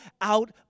out